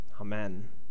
Amen